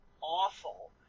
awful